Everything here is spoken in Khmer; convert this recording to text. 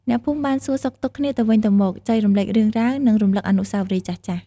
អ្នកភូមិបានសួរសុខទុក្ខគ្នាទៅវិញទៅមក ចែករំលែករឿងរ៉ាវ និងរំលឹកអនុស្សាវរីយ៍ចាស់ៗ។